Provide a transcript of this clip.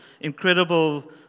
incredible